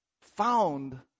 found